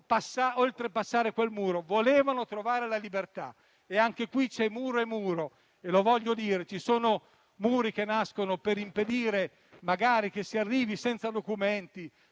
oltrepassare quel muro; volevano trovare la libertà. C'è muro e muro, lo voglio dire: ci sono muri che nascono per impedire magari che si arrivi senza documenti